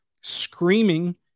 screaming